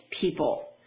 people